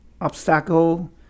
obstacle